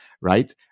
right